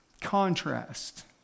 contrast